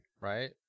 right